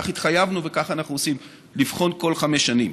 כך התחייבנו, וכך אנחנו עושים, לבחון כל חמש שנים.